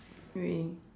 really